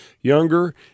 younger –